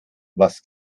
was